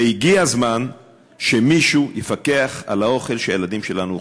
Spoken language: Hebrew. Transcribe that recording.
והגיע הזמן שמישהו יפקח על האוכל שהילדים שלנו אוכלים.